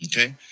Okay